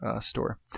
store